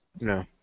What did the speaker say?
No